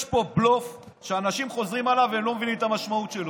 יש פה בלוף שאנשים חוזרים עליו והם לא מבינים את המשמעות שלו.